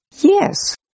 Yes